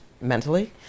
mentally